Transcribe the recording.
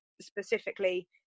specifically